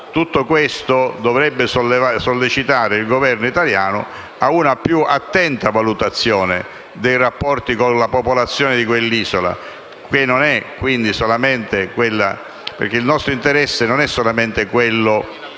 Tutto questo dovrebbe sollecitare il Governo italiano a una più attenta valutazione dei rapporti con la popolazione di quell'isola, perché è nostro interesse trattare non solo